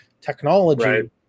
technology